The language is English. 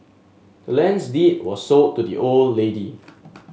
the land's deed was sold to the old lady